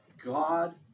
God